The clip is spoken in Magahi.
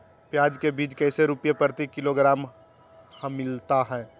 प्याज के बीज कैसे रुपए प्रति किलोग्राम हमिलता हैं?